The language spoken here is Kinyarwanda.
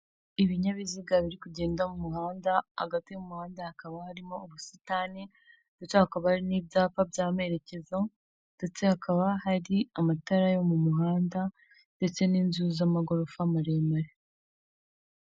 Ibinyabiziga biri kugenda mu muhanda, hagati y'umuhanda hakaba harimo ubusitani ndetse hakaba hari n'ibyapa by'amerekezo ndetse hakaba hari amatara yo mu muhanda ndetse n'inzu z'amagorofa maremare.